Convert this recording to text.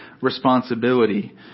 responsibility